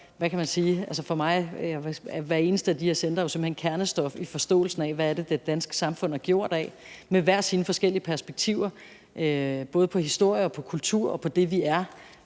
– altså for mig er hvert eneste af de her centre jo simpelt hen kernestof i forståelsen af, hvad det er, det danske samfund er gjort af – med hver sit forskellige perspektiv både på historie og på kultur og på det, vi er